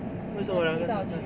为什么要 leh